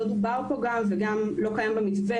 וגם לא דובר פה וגם לא קיים במתווה,